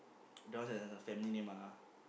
that one's her family name ah